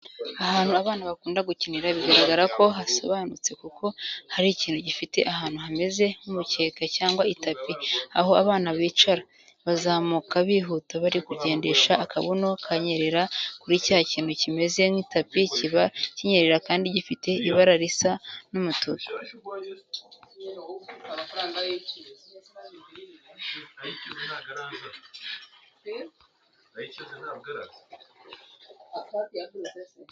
Ahantu abana bakunda gukinira bigaragara ko hasobanutse kuko hari ikintu gifite ahantu hameze nk'umukeka cyangwa itapi aho abana bicara, bazamuka bihuta bari kugendesha akabuno kanyerera kuri cya kintu kimeze nk'itapi, kiba kinyerera kandi gifite ibara risa n'umutuku.